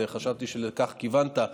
וחשבתי שלכך כיוונת,